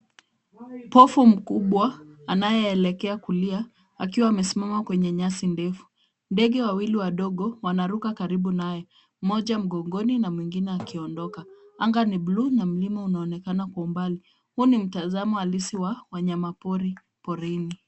Pofu mkubwa anayeelekea kulia akiwa amesimama kwenye nyasi ndefu. Ndege wawili wadogo wanaruka karibu naye, mmoja mgongoni na mwingine akiondoka. Anga ni bluu na mlima unaonekana kwa mbali. Huu ni mtazamo halisi wa wanyamapori porini.